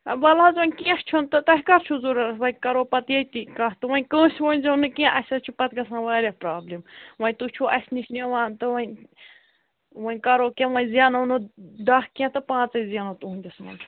ہَے وَلہٕ حظ وۄنۍ کیٚنٛہہ چھُنہٕ تہٕ تۄہہِ کَر چھُو ضروٗرت وۅنۍ کَرو پَتہٕ ییٚتی کَتھ تہٕ وۄنۍ کٲنٛسہِ ؤنۍزیٚو نہٕ کیٚنٛہہ اَسہِ حظ چھِ پَتہٕ گژھان واریاہ پرٛابلِم وۅنۍ تُہۍ چھُو اَسہِ نِش نِوان تہٕ وۅنۍ وۅنۍ کَرو کیٚنٛہہ وۄنۍ زَیٚنَو نہٕ دَہ کیٚنٛہہ تہٕ پانٛژٕے زَیٚنَو تُہٕنٛدِس منٛز